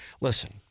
listen